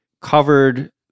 covered